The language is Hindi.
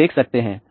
देख सकते हैं